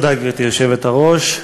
גברתי היושבת-ראש,